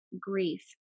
grief